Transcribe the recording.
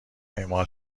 اعمال